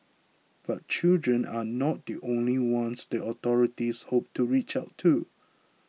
but children are not the only ones the authorities hope to reach out to